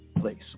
place